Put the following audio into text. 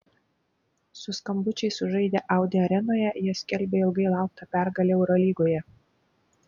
su skambučiais sužaidę audi arenoje jie skelbė ilgai lauktą pergalę eurolygoje